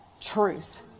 Truth